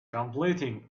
completing